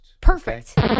Perfect